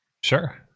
Sure